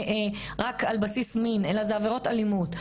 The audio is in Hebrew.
רק על בסיס מין אלא אלה עבירות אלימות.